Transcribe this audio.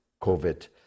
COVID